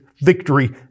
victory